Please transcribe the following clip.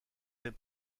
n’est